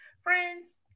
Friends